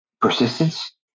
persistence